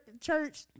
church